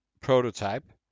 prototype